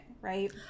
Right